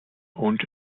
und